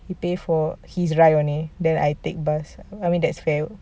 he pay for his ride only then I take bus I mean that's fair